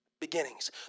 beginnings